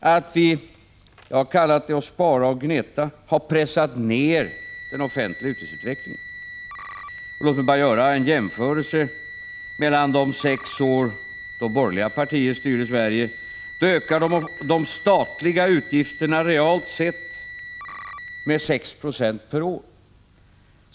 att vi har pressat ner — jag har kallat det för att spara och gneta — den offentliga utgiftsutvecklingen. Låt mig här bara göra en jämförelse med de sex år när borgerliga partier styrde Sverige. Då ökade de statliga utgifterna realt sett med 6 96 per år.